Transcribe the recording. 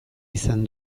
izan